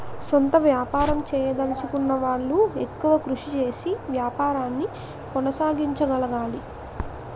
సొంత వ్యాపారం చేయదలచుకున్న వాళ్లు ఎక్కువ కృషి చేసి వ్యాపారాన్ని కొనసాగించగలగాలి